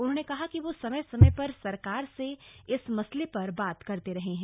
उन्होंने कहा कि वो समय समय पर सरकार से इस मासले पर बात करते रहते हैं